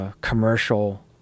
commercial